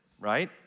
right